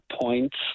points